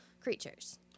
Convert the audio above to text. creatures